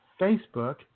Facebook